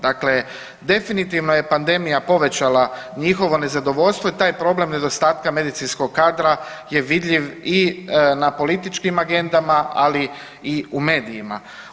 Dakle, definitivno je pandemija povećala njihovo nezadovoljstvo i taj problem nedostatka medicinskog kadra je vidljiv i na političkim agendama, ali i u medijima.